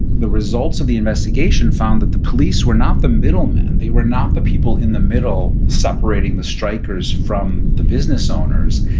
the results of the investigation found that the police were not the middlemen. they were not the people in the middle separating the strikers from the business owners.